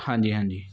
ਹਾਂਜੀ ਹਾਂਜੀ